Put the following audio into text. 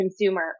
consumer